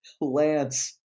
Lance